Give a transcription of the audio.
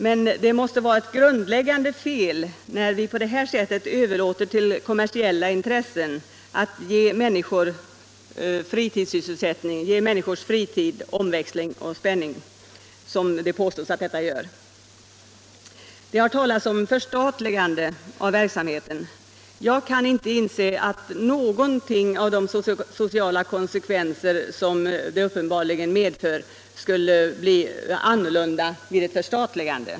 Men det måste vara ett grundläggande fel att på det här sättet överlåta åt kommersiella intressen att ge människors fritid omväxling och spänning, som det påstås att automatspelandet gör. Det har talats om förstatligande av verksamheten. Jag kan inte inse att någon av de sociala konsekvenser som det här spelandet uppenbarligen medför skulle bli annorlunda vid ett förstatligande.